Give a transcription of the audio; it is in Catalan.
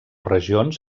regions